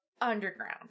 underground